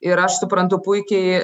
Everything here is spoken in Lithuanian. ir aš suprantu puikiai